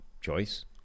choice